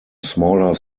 smaller